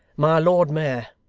my lord mayor,